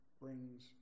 brings